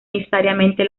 necesariamente